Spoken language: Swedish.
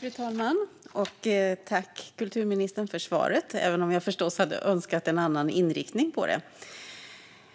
Fru talman! Jag tackar kulturministern för svaret, även om jag förstås hade önskat en annan inriktning på det.